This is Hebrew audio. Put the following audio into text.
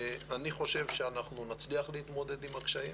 אני חושב שאנחנו נצליח להתמודד עם הקשיים